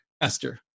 Esther